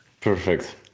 Perfect